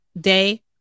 day –